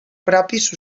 propis